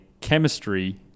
chemistry